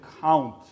count